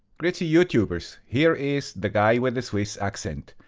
gruezi youtubers. here is the guy with the swiss accent.